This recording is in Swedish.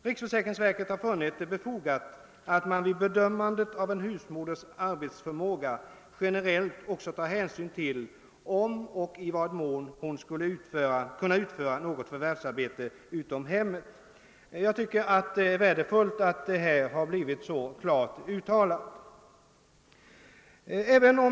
Riksförsäkringsverket har funnit det befogat att man vid bedömandet av en husmoders arbetsförmåga generellt också tar hänsyn till om och i vad mån hon skulle kunna utföra något förvärvsarbete utom hemmet.> Det är värdefullt att detta så klart har uttalats.